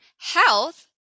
health